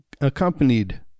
Accompanied